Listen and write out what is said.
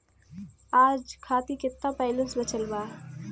आज खातिर केतना बैलैंस बचल बा?